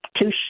two